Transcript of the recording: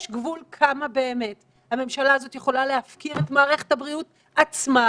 יש גבול כמה באמת הממשלה הזאת יכולה להפקיר את מערכת הבריאות עצמה,